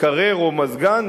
מקרר או מזגן,